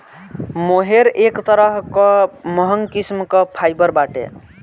मोहेर एक तरह कअ महंग किस्म कअ फाइबर बाटे